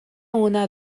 una